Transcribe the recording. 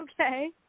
Okay